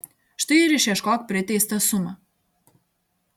štai ir išieškok priteistą sumą